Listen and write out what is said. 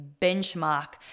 benchmark